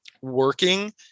working